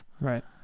Right